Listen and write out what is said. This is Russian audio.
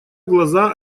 глаза